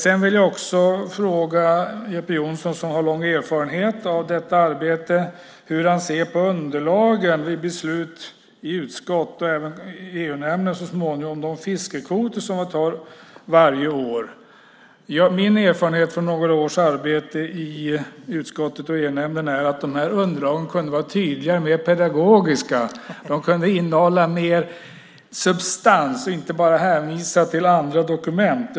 Sedan vill jag också fråga Jeppe Johnsson som har lång erfarenhet av detta arbete hur han ser på underlagen vid beslut i utskott, och även i EU-nämnden så småningom, om fiskekvoter som man tar varje år. Min erfarenhet från några års arbete i utskottet och EU-nämnden är att de här underlagen kunde vara tydligare och mer pedagogiska. De kunde innehålla mer substans och inte bara hänvisa till andra dokument.